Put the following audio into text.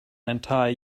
entire